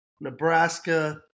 Nebraska